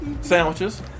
sandwiches